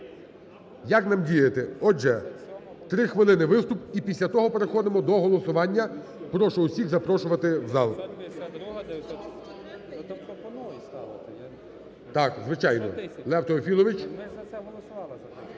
як нам діяти. Отже, три хвилини – виступ, і після того переходимо до голосування. Прошу усіх запрошувати в зал. Так, звичайно. Лев Теофілович,